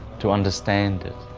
to understand it.